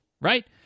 Right